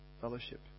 fellowship